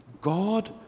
God